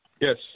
Yes